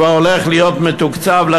כבר הולך להיות מתוקצב,